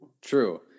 True